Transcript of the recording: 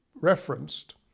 referenced